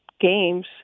games